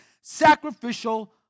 sacrificial